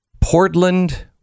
Portland